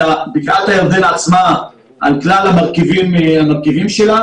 אלא בקעת הירדן עצמה על כלל המרכיבים שלה.